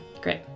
great